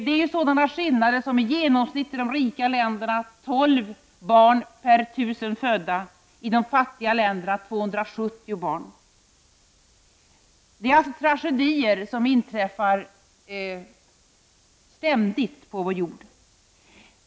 Där finns stora skillnader: I de rika länderna dör 12 barn per 1000 födda, i de fattiga 270 barn. Detta är alltså tragedier som inträffar ständigt på vår jord.